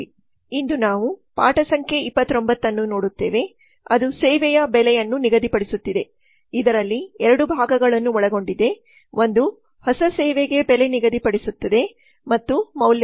ಇಂದು ನಾವು ಪಾಠ ಸಂಖ್ಯೆ 29 ಅನ್ನು ನೋಡುತ್ತೇವೆ ಅದು ಸೇವೆಯನ್ನು ಬೆಲೆ ನಿಗದಿಪಡಿಸುತ್ತಿದೆ ಇದರಲ್ಲಿ ಎರಡು ಭಾಗಗಳನ್ನು ಒಳಗೊಂಡಿದೆ ಒಂದು ಹೊಸ ಸೇವೆಗೆ ಬೆಲೆ ನಿಗದಿಪಡಿಸುತ್ತಿದೆ ಮತ್ತು ಮೌಲ್ಯದ ಬೆಲೆ ಇದೆ